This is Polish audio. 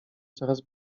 coraz